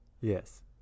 Yes